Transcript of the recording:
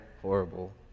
horrible